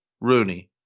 Rooney